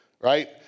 right